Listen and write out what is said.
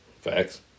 Facts